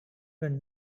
were